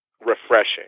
refreshing